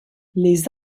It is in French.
les